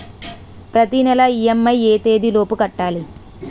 ప్రతినెల ఇ.ఎం.ఐ ఎ తేదీ లోపు కట్టాలి?